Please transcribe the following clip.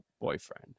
boyfriend